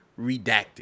redacted